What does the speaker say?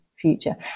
future